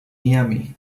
miami